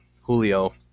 julio